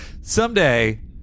Someday